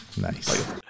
Nice